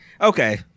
Okay